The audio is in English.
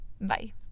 Bye